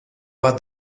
bat